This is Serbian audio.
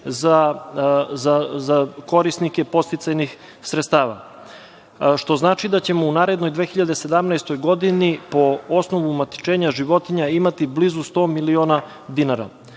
za korisnike podsticajnih sredstava. Što znači da ćemo u narednoj, 2017. godini po osnovu matičenja životinja imati blizu 100 miliona